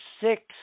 six